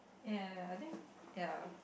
ya ya ya I think ya